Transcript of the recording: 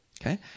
Okay